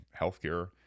Healthcare